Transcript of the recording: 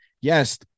Yes